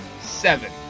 seven